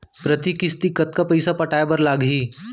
प्रति किस्ती कतका पइसा पटाये बर लागही?